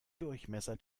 durchmesser